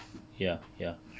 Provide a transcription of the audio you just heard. ya ya